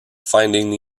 finding